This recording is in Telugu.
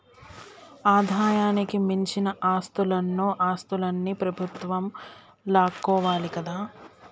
ఆదాయానికి మించిన ఆస్తులన్నో ఆస్తులన్ని ప్రభుత్వం లాక్కోవాలి కదా